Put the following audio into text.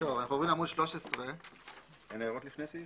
אנחנו עוברים לעמוד 13. רגע,